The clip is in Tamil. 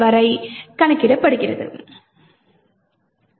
வரை கணக்கிடப்படுகிறது